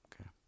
Okay